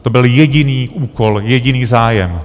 To byl jediný úkol, jediný zájem.